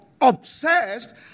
obsessed